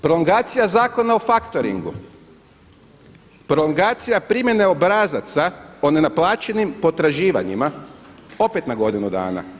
Prolongacija Zakona o faktoringu, prolongacija primjene obrazaca o nenaplaćenim potraživanjima opet na godinu dana.